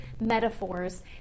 metaphors